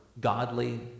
godly